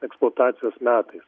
eksploatacijos metais